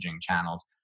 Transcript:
channels